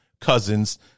Cousins